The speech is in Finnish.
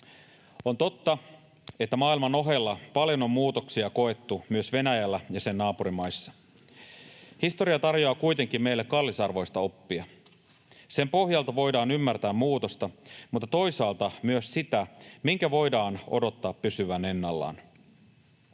On totta, että maailman ohella paljon on muutoksia koettu myös Venäjällä ja sen naapurimaissa. Historia tarjoaa kuitenkin meille kallisarvoista oppia. Sen pohjalta voidaan ymmärtää muutosta mutta toisaalta myös sitä, minkä voidaan odottaa pysyvän ennallaan.